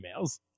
emails